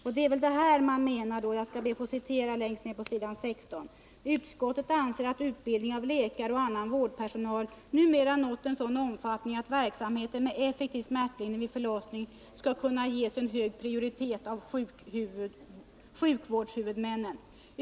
Jag antar att hon då menar vad som står längst ned på s. 16 i utskottets betänkande, nämligen: ”Utskottet anser att utbildningen av läkare och annan vårdpersonal numera nått en sådan omfattning att verksamhet med effektiv smärtlindring vid förlossning skall kunna ges en hög prioritet av sjukvårdshuvudmännen.